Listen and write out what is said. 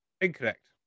Incorrect